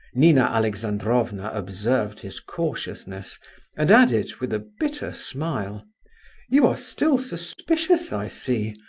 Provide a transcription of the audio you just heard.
nina alexandrovna observed his cautiousness and added, with a bitter smile you are still suspicious, i see,